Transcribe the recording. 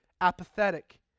apathetic